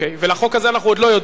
ולחוק הזה אנחנו עוד לא יודעים אם